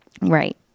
Right